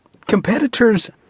Competitors